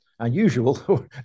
Unusual